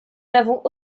n’avons